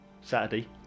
Saturday